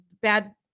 bad